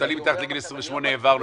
מובטלים מתחת לגיל 28 העברנו.